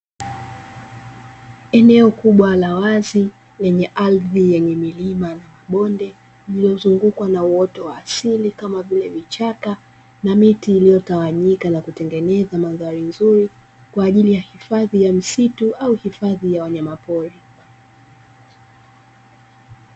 Eneo kubwa la wazi lenye ardhi yenye milima na mabonde lililozungukwa na uoto wa asili kama vile; vichaka na miti iliyotawanyika, na kutengeneza mandhari nzuri kwa ajili ya hifadhi ya msitu au hifadhi ya wanyamapori.